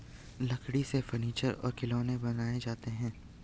लकड़ी से फर्नीचर और खिलौनें बनाये जाते हैं